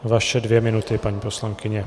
Vaše dvě minuty, paní poslankyně.